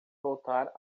voltar